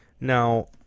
now